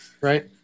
right